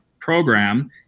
program